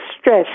stress